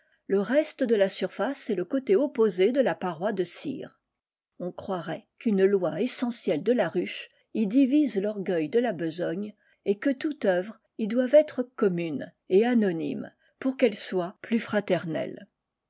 le reste de la surface et le côté opposé de la paroi de cire on dirait qu'une loi essentielle de la ruche y divise l'orgueil de la besogne et que toute œuvre y doive être commune et anonyme pour qu'elle soit plus fraternelle